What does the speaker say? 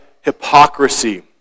hypocrisy